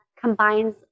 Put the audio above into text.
combines